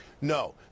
No